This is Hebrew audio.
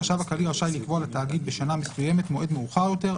החשב הכללי רשאי לקבוע לתאגיד בשנה מסוימת מועד מאוחר יותר,